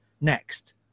next